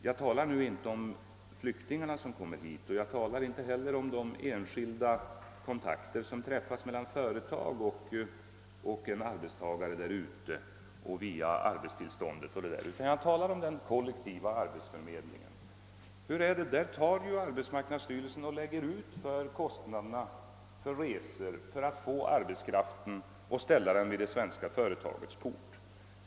Jag talar nu inte om flyktingarna som kommer hit och inte heller om de kontakter som tas mellan ett företag och en utländsk arbetstagare, utan jag talar om den kol lektiva - arbetsförmedlingen. <Arbetsmarknadsstyrelsen betalar kostnaderna för resor för att få hit arbetskraften och ställa den utanför de svenska företagens portar.